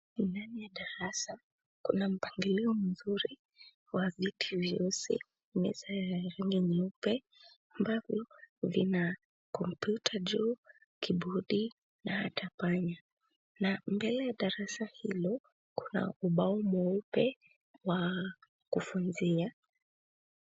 Ndani ya darasa kuna mpangilio mzuri wa viti vyeusi, meza ya rangi nyeupe ambapo vina kompyuta juu, kibodi na hata panya na mbele ya darasa hilo kuna ubao mweupe wa kufunzia.